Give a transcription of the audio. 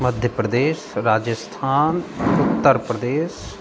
Madhya Pradesh Rajasthan Uttar Pradesh